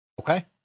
okay